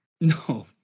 no